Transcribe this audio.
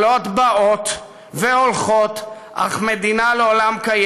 טוב, חברת הכנסת מועלם.